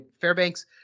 Fairbanks